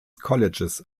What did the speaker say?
colleges